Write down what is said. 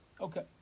Okay